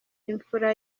imfura